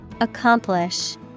Accomplish